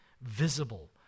visible